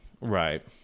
Right